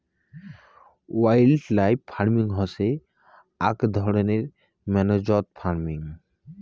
wildlife farming হসে আক ধরণের ম্যানেজড ফার্মিং